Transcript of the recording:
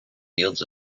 fields